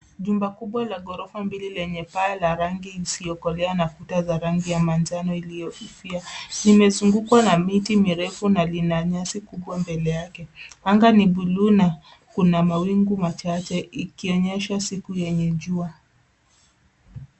Jumba kubwa la ghorofa mbili lenye paa la rangi isiyokolea na kuta za rangi ya manjano iliyoifia. Limezungukwa na miti mirefu na lina nyasi kubwa mbele yake. Anga ni buluu na kuna mawingu machache ikionyesha siku yenye jua.